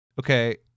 Okay